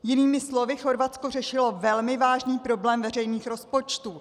Jinými slovy, Chorvatsko řešilo velmi vážný problém veřejných rozpočtů.